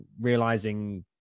realizing